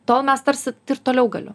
to mes tarsi toliau galiu